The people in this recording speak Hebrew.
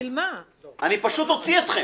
אני פשוט אוציא אתכם.